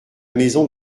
maison